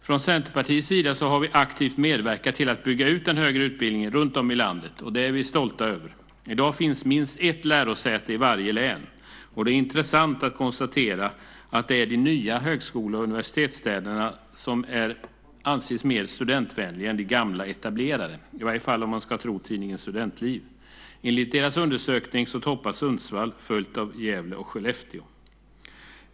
Från Centerpartiets sida har vi aktivt medverkat till att bygga ut den högre utbildningen runtom i landet, och det är vi stolta över. I dag finns minst ett lärosäte i varje län. Det är intressant att konstatera att det är de nya högskole och universitetsstäderna som anses mer studentvänliga än de gamla, etablerade, i varje fall om man ska tro tidningen Studentliv. Enligt deras undersökning toppar Sundsvall, följt av Gävle och Skellefteå.